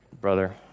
brother